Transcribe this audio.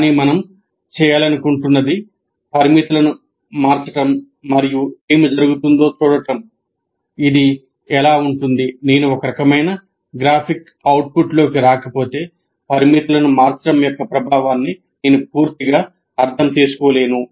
కానీ మనం చేయాలనుకుంటున్నది పారామితులను మార్చడం మరియు ఏమి జరుగుతుందో చూడటం ఇది ఎలా ఉంటుంది నేను ఒక రకమైన గ్రాఫిక్ అవుట్పుట్లోకి రాకపోతే పారామితులను మార్చడం యొక్క ప్రభావాన్ని నేను పూర్తిగా అర్థం చేసుకోలేను